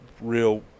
real